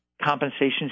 compensation